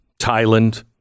Thailand